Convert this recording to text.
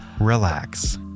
relax